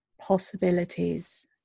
possibilities